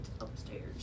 upstairs